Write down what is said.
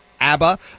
ABBA